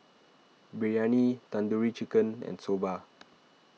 Biryani Tandoori Chicken and Soba